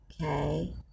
Okay